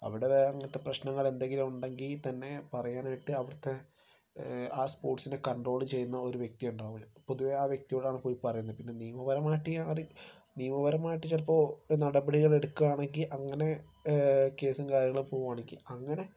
അവിടെ വേറിങ്ങനത്തെ പ്രശ്നങ്ങൾ എന്തെങ്കിലും ഉണ്ടെങ്കിൽ തന്നെ പറയാനായിട്ട് അവിടുത്തെ ആ സ്പോർട്സിനെ കൺട്രോൾ ചെയ്യുന്ന ഒരു വ്യക്തിയുണ്ടാവും പൊതുവേ ആ വ്യക്തിയോട് ആണ് പോയി പറയുന്നത് പിന്നെ നിയമപരമായിട്ടാരെ നിയമപരമായിട്ട് ചിലപ്പോൾ നടപടികൾ എടുക്കുകയാണെങ്കിൽ അങ്ങനെ കേസും കാര്യങ്ങളും പോവുകയാണെങ്കിൽ അങ്ങനെ